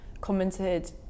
commented